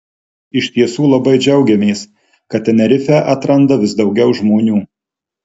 iš tiesų labai džiaugiamės kad tenerifę atranda vis daugiau žmonių